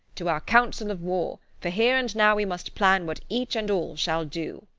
to our council of war for, here and now, we must plan what each and all shall do.